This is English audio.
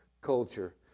culture